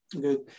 Good